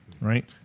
right